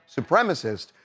supremacist